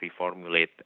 reformulate